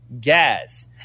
gas